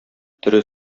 тере